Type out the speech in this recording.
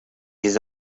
his